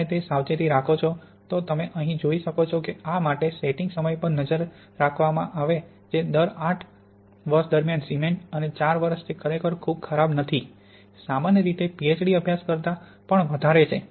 જો તમે તે સાવચેતી રાખો છો તો તમે અહીં જોઈ શકો છો કે આ માટે સેટિંગ સમય પર નજર રાખવામા હતો જે 8 વર્ષ દરમિયાન સિમેન્ટ અને 4 વર્ષ તે ખરેખર ખૂબ ખરાબ નથી સામાન્ય રીતે પીએચડી અભ્યાસ કરતા પણ વધારે છે